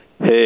Hey